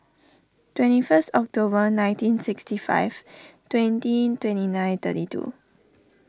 twenty first October nineteen sixty five twenty twenty nine thirty two